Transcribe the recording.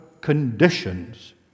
conditions